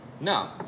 No